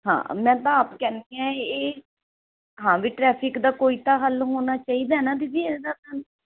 ਹਾਂ ਮੈਂ ਤਾਂ ਆਪ ਕਹਿੰਦੀ ਹੈ ਇਹ ਹਾਂ ਵੀ ਟਰੈਫਿਕ ਦਾ ਕੋਈ ਤਾਂ ਹੱਲ ਹੋਣਾ ਚਾਹੀਦਾ ਨਾ ਦੀਦੀ ਇਹਦਾ ਤਾਂ